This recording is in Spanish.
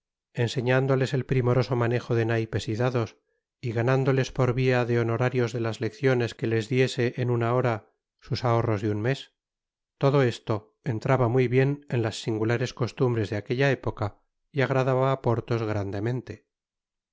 enseñándoles el primoroso manejo de naipes y dados y ganándotes por via de honorarios de las lecciones que les diese en una hora sus ahorros de un mes todo esto entraba muy bien en las singulares costumbres de aquella época y agradaba á porthos